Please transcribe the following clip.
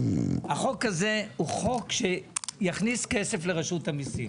החוק הזה הוא חוק שיכניס כסף לרשות המסים.